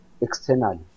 externally